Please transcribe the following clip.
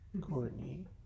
Courtney